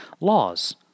Laws